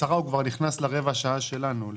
השרה, הוא כבר נכנס לרבע שעה שלנו.